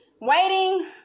waiting